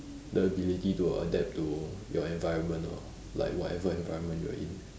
the ability to adapt to your environment lor like whatever environment you're in